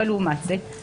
אבל לעומת זאת,